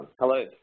Hello